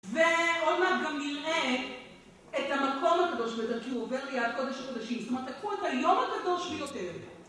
ועוד מעט גם נראה את המקום הקדוש בזה, כי הוא עובר ליד קדוש הקדושים. זאת אומרת, תקחו את היום הקדוש ביותר.